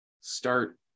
start